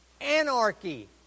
anarchy